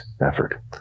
effort